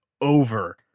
over